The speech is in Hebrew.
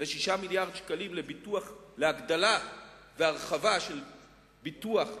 ו-6 מיליארדי שקלים לביטוח להגדלה והרחבה של ביטוח יצוא,